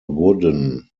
wooden